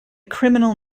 criminal